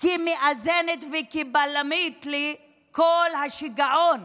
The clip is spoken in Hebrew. כמאזנת וכבלם לכל השיגעון